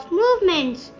movements